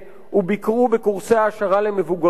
וביקרו בקורסי העשרה למבוגרים.